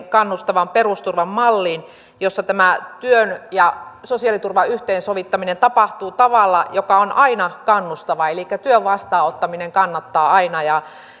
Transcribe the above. kannustavan perusturvan malliin jossa tämä työn ja sosiaaliturvan yhteensovittaminen tapahtuu tavalla joka on aina kannustava elikkä työn vastaanottaminen kannattaa aina